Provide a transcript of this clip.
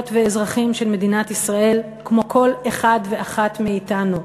ואזרחים של מדינת ישראל כמו כל אחד ואחת מאתנו.